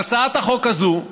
על הצעת החוק הזאת,